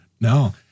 No